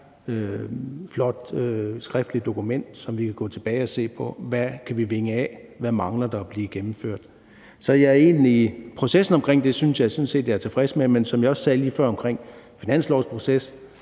jeg, skriftligt dokument, som vi kan gå tilbage og se på og sige: Hvad kan vi vinge af, hvad mangler der at blive gennemført? Så processen omkring det synes jeg sådan set at jeg er tilfreds med. Men som jeg også sagde lige før i forhold til finanslovsproces: